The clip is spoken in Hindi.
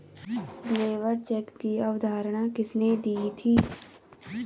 लेबर चेक की अवधारणा किसने दी थी?